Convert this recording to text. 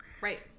Right